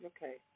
Okay